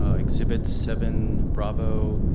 ah exhibit seven bravo,